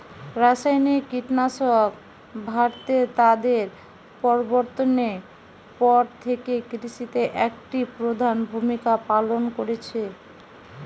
রাসায়নিক কীটনাশক ভারতে তাদের প্রবর্তনের পর থেকে কৃষিতে একটি প্রধান ভূমিকা পালন করেছে